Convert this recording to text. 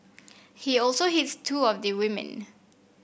he also hits two of the women